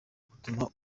gutuma